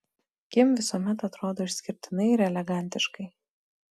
kim visuomet atrodo išskirtinai ir elegantiškai